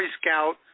scout